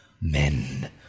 Men